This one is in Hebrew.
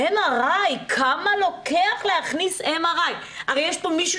כמה לוקח להכניס MRI. הרי יש פה מישהו